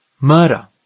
murder